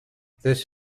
this